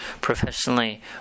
professionally